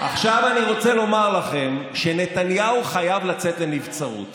עכשיו אני רוצה לומר לכם שנתניהו חייב לצאת לנבצרות